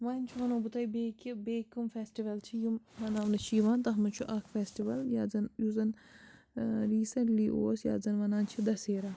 وۄنۍ وَنہو بہٕ تۄہہِ بیٚیہِ کہِ بیٚیہِ کٕم فیٚسٹِول چھِ یِم مَناونہٕ چھِ یِوان تَتھ منٛز چھُ اَکھ فیٚسٹِوَل یَتھ زَن یُس زَن ٲں ریٖسیٚنٛٹلی اوس یَتھ زَن وَنان چھِ دَسیرا